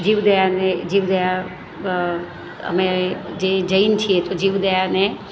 જીવદયા ને જીવદયા અમે જે જૈન છીએ તો જીવદયા ને